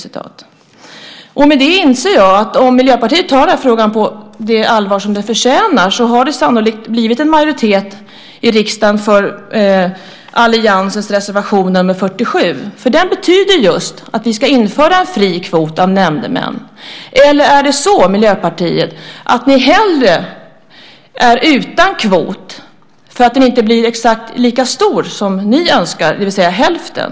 I och med det inser jag att om Miljöpartiet tar den här frågan på det allvar som den förtjänar har det sannolikt blivit en majoritet i riksdagen för alliansens reservation nr 47, för den betyder just att vi ska införa en fri kvot av nämndemän. Eller är det så, Miljöpartiet, att ni hellre är utan kvot för att den inte blir exakt lika stor som ni önskar, det vill säga hälften?